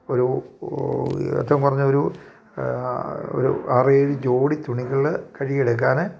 ഒരു ഏറ്റവും കുറഞ്ഞ ഒരു ഒരു ആറ് ഏഴ് ജോഡി തുണികൾ കഴുകി എടുക്കാൻ